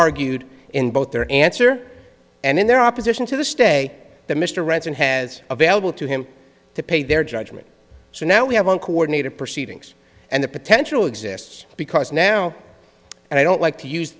argued in both their answer and in their opposition to the stay that mr ranson has available to him to pay their judgment so now we have a coordinated proceedings and the potential exists because now and i don't like to use